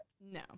no